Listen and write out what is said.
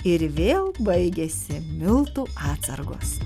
ir vėl baigėsi miltų atsargos